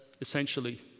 essentially